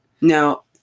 now